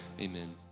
amen